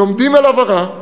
לומדים על עברה,